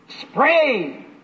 Spray